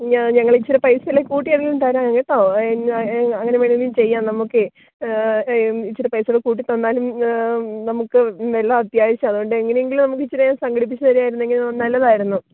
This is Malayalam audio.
ഞങ്ങൾ ഇച്ചിരി പൈസ കൂട്ടി വേണമെങ്കിലും തരാം കേട്ടോ അങ്ങനെ വേണമെങ്കിലും ചെയ്യാം നമുക്ക് ഇച്ചിരി പൈസയും കൂടെ കൂട്ടിതന്നാലും നമുക്ക് വെള്ളം അത്യാവശ്യമാണ് അതുകൊണ്ട് എങ്ങനെ എങ്കിലും നമുക്ക് ഇച്ചിരി സംഘടിപ്പിച്ചു തരികയായിരുന്നെങ്കിൽ നല്ലതായിരുന്നു